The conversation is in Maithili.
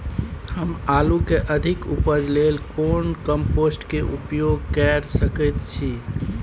हम आलू के अधिक उपज होय लेल कोन कम्पोस्ट के उपयोग कैर सकेत छी?